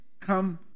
come